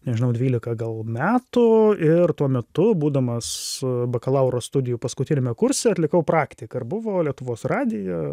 nežinau dvylika gal metų ir tuo metu būdamas bakalauro studijų paskutiniame kurse atlikau praktiką ir buvo lietuvos radija